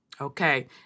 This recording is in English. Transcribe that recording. Okay